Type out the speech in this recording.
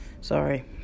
Sorry